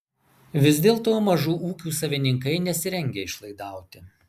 vis dėlto mažų ūkių savininkai nesirengia išlaidauti